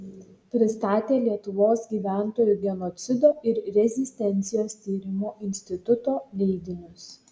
pristatė lietuvos gyventojų genocido ir rezistencijos tyrimo instituto leidinius